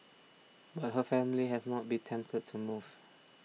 but her family has not been tempted to move